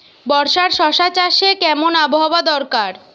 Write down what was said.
বর্ষার শশা চাষে কেমন আবহাওয়া দরকার?